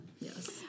yes